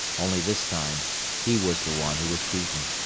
only this time he was the one who was beaten.